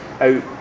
out